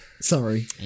Sorry